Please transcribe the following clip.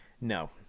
No